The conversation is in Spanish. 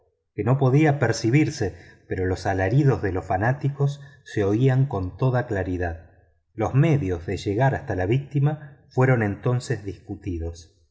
que no podía percibirse pero los alaridos de los fanáticos se oían con toda claridad los medios para llegar hasta la víctima fueron entonces discutidos